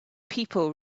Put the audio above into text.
people